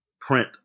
print